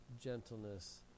gentleness